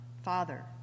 Father